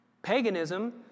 Paganism